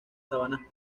sabanas